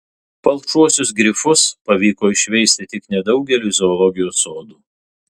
palšuosius grifus pavyko išveisti tik nedaugeliui zoologijos sodų